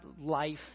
life